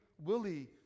Willie